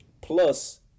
Plus